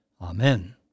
Amen